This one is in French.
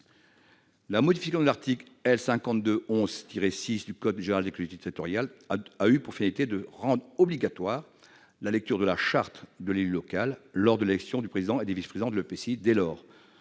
La modification de l'article L. 5211-6 du CGCT a eu pour finalité de rendre obligatoire la lecture de la charte de l'élu local lors de l'élection du président et des vice-présidents de l'EPCI.